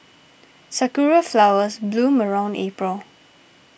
sakura flowers bloom around April